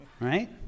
right